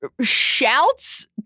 shouts